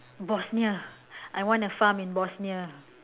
Bosnia I want a farm in Bosnia